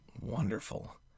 Wonderful